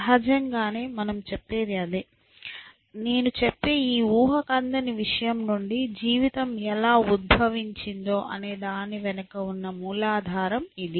సహజంగానే మనం చెప్పేది అదే నేను చెప్పే ఈ ఊహకందని విషయం నుండి జీవితం ఎలా ఉద్భవించిందో అనే దాని వెనుక ఉన్న మాలాధారం ఇది